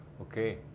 Okay